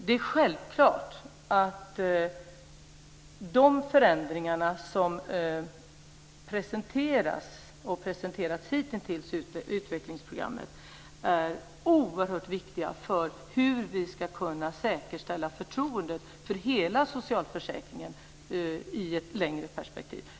Det är självklart att de förändringar i utvecklingsprogrammet som presenteras och som hittills presenterats är oerhört viktiga för hur vi ska kunna säkerställa förtroendet för hela socialförsäkringen i ett längre perspektiv.